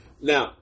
Now